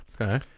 Okay